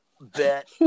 bet